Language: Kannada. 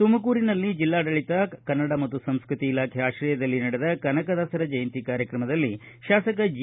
ತುಮಕೂರಿನಲ್ಲಿ ಜಿಲ್ಲಾಡಳಿತ ಹಾಗೂ ಕನ್ನಡ ಮತ್ತು ಸಂಸ್ಕೃತಿ ಇಲಾಖೆ ಆಕ್ರಯದಲ್ಲಿ ನಡೆದ ಕನಕದಾಸರ ಜಯಂತಿ ಕಾರ್ಯಕ್ರಮದಲ್ಲಿ ಶಾಸಕ ಜಿ